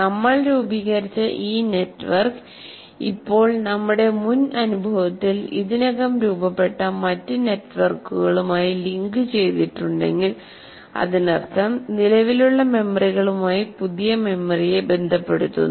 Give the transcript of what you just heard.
നമ്മൾ രൂപീകരിച്ച ഈ നെറ്റ്വർക്ക് ഇപ്പോൾ നമ്മുടെ മുൻ അനുഭവത്തിൽ ഇതിനകം രൂപപ്പെട്ട മറ്റ് നെറ്റ്വർക്കുകളുമായി ലിങ്കുചെയ്തിട്ടുണ്ടെങ്കിൽ അതിനർത്ഥം നിലവിലുള്ള മെമ്മറികളുമായി പുതിയ മെമ്മറിയെ ബന്ധപ്പെടുത്തുന്നു